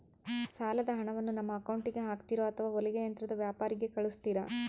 ಸಾಲದ ಹಣವನ್ನು ನಮ್ಮ ಅಕೌಂಟಿಗೆ ಹಾಕ್ತಿರೋ ಅಥವಾ ಹೊಲಿಗೆ ಯಂತ್ರದ ವ್ಯಾಪಾರಿಗೆ ಕಳಿಸ್ತಿರಾ?